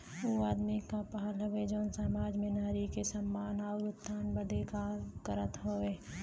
ऊ आदमी क पहल हउवे जौन सामाज में नारी के सम्मान आउर उत्थान बदे काम करत हौ